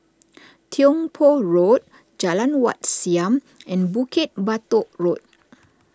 Tiong Poh Road Jalan Wat Siam and Bukit Batok Road